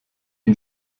une